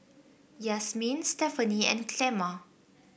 Yasmine Stephany and Clemma